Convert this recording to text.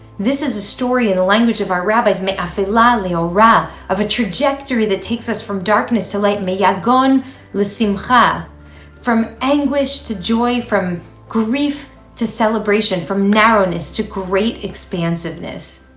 this is a story in the language of our rabbis, m'afela l'orah of a trajectory that takes us from darkness to light. meyagon le'simcha from anguish to joy, from grief to celebration, from narrowness to great expansiveness,